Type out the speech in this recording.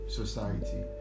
society